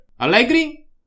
Allegri